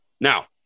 now